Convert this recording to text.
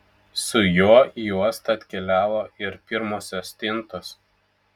su juo į uostą atkeliavo ir pirmosios stintos